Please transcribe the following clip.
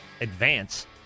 advance